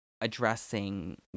addressing